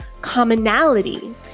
commonality